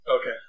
Okay